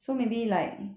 so maybe like